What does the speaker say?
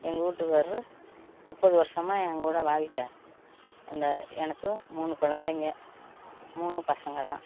எங்கள் வீட்டுக்கார்ரு முப்பது வருஷமா எங்கூட வாழ்க்கை அந்த எனக்கு மூணு குலந்தைங்க மூணும் பசங்கள் தான்